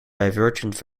divergent